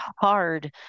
hard